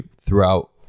throughout